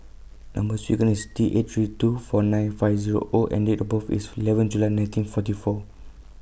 Number sequence IS T eight three two four nine five Zero O and Date of birth IS eleven July nineteen forty four